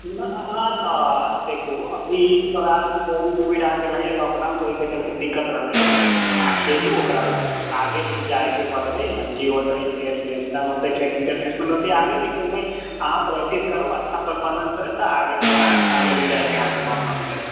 ना तऽ देखू अभी थोड़ा कोविड लॉकडाउन तऽ ओहिके चलते दिक्कत रहलै यऽ आ खेलू ओकरा बाद आगे भी जाय के पड़तै रणजी होतय फेर नेशनल होतै फेर इंटरनेशनल होतै आगे भी खेलबै अहाँ प्रैक्टिस करू अच्छा परफोर्मेंस होयत तऽ आगे भी अहाँ आगे भी जाय के मौका मिलत